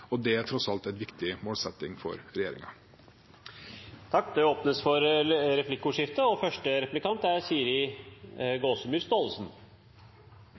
Det er tross alt en viktig målsetting for regjeringen. Det blir replikkordskifte.